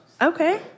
Okay